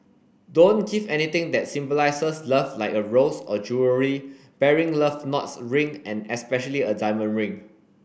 don't give anything that symbolizes love like a rose or jewellery bearing love knots ring and especially a diamond ring